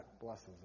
Blesses